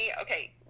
okay